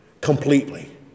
completely